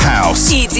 House